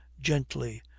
gently